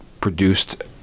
produced